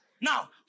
now